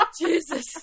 Jesus